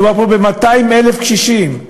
מדובר פה ב-200,000 קשישים,